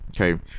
okay